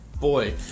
boy